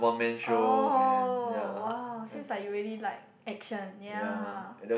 oh !wow! seems like you really like action ya